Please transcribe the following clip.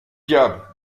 diable